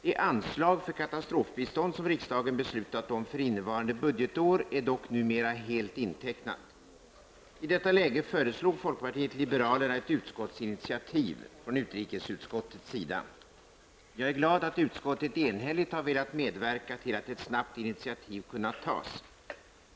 Det anslag för katastrofbistånd som riksdagen beslutat om för innevarande budgetår är dock numera helt intecknat. I detta läge föreslog folkpartiet liberalerna ett utskottsinitiativ från utrikesutskottets sida. Jag är glad att utskottet enhälligt velat medverka till att ett snabbt initiativ kunnat tas.